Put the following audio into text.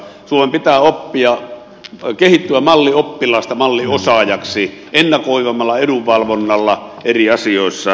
suomen pitää kehittyä mallioppilaasta malliosaajaksi ennakoivammalla edunvalvonnalla eri asioissa